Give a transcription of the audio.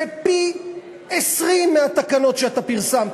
זה פי-20 מהתקנות שאתה פרסמת.